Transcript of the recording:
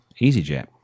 EasyJet